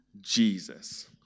Jesus